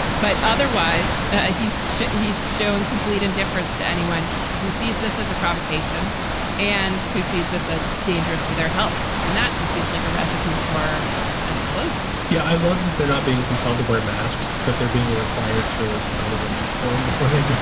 but otherwise, ah he's he's showing complete indifference to anyone who sees this as a provocation and who sees this as dangerous to their health. and that just seems like a recipe for an explosion yeah, i love that they're not being compelled to wear masks, but they're being required to sign a release form before they do.